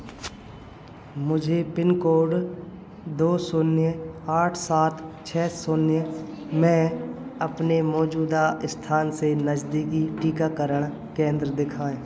मुझे pin code दो शून्य आठ साथ छः शून्य में मैं अपने मौजूदा स्थान से नज़दीकी टीकाकरण केंद्र दिखाएँ